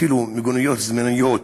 אפילו מיגוניות זמניות,